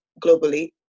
globally